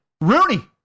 Rooney